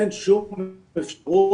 אין שום אפשרות